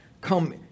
come